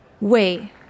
Wait